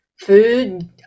Food